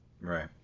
right